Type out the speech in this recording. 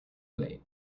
late